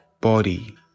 body